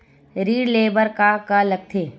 ऋण ले बर का का लगथे?